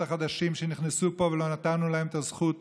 החדשים שנכנסו לפה ולא נתנו להם את הזכות